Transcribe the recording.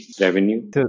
revenue